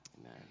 amen